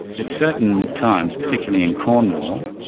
at certain times, particularly in cornwall,